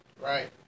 Right